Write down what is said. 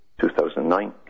2009